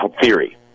theory